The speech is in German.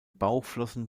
bauchflossen